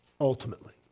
ultimately